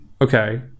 Okay